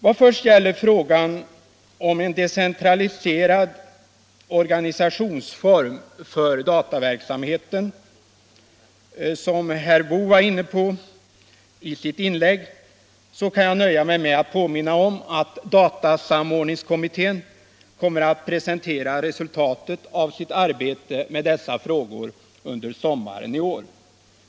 Vad först gäller frågan om en decentraliserad organisationsform för dataverksamheten, som herr Boo var inne på i sitt inlägg, kan jag nöja mig med att påminna om att datasamoreningskommittén kommer att presentera resultatet av sitt arbete med dessa frågor i sommar.